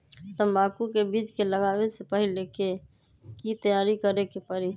तंबाकू के बीज के लगाबे से पहिले के की तैयारी करे के परी?